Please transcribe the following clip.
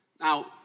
Now